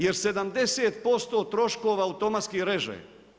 Jer 70% troškova automatski reže.